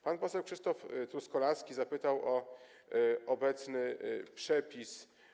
Pan poseł Krzysztof Truskolaski zapytał o obecny przepis.